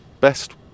best